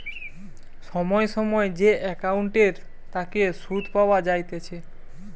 সময় সময় যে একাউন্টের তাকে সুধ পাওয়া যাইতেছে